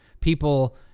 people